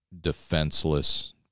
defenseless